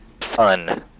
Fun